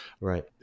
Right